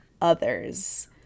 others